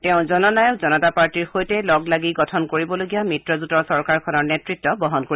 তেওঁ জননায়ক জনতা পাৰ্টীৰ সৈতে লগ লাগি গঠন কৰিবলগীয়া মিত্ৰজোটৰ চৰকাৰখনৰ নেতৃত্ব বহন কৰিব